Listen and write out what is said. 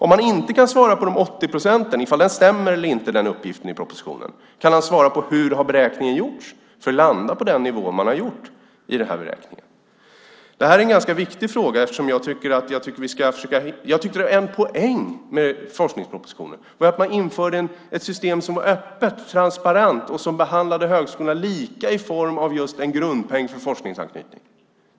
Om han inte kan svara på frågan om uppgiften om de 80 procenten stämmer i propositionen, kan han då svara på hur beräkningen har gjorts för att landa på den nivå man har hamnat i den här beräkningen? Det är en ganska viktig fråga. En poäng med forskningspropositionen var att man införde ett system som var öppet och transparent och behandlade högskolorna lika i form av en grundpeng för forskningsanknytning.